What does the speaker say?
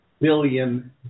billion